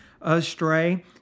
astray